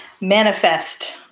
manifest